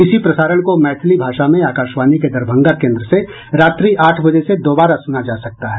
इसी प्रसारण को मैथिली भाषा में आकाशवाणी के दरभंगा केन्द्र से रात्रि आठ बजे से दोबारा सुना जा सकता है